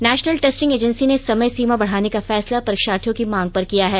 national testing agency ने समय सीमा बढ़ाने का फैसला परीक्षार्थियों की मांग पर किया है